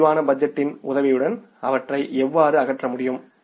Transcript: நெகிழ்வான பட்ஜெட்டின் உதவியுடன் அவற்றை எவ்வாறு அகற்ற முடியும்